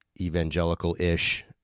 evangelical-ish